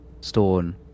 stone